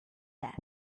that